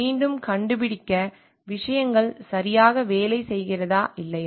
மீண்டும் கண்டுபிடிக்க விஷயங்கள் சரியாக வேலை செய்கிறதா இல்லையா